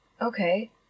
Okay